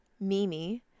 Mimi